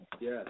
Yes